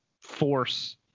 force